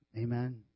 Amen